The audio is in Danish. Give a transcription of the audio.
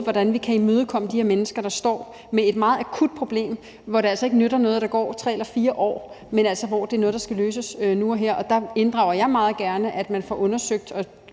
hvorpå vi kan imødekomme de her mennesker, der står med et meget akut problem, hvor det altså ikke nytter noget, at der går 3 eller 4 år, men hvor det er noget, der skal løses nu og her. Og der ser jeg meget gerne, at man får undersøgt